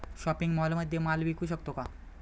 Shopping मॉलमध्ये माल विकू शकतो का?